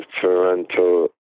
Toronto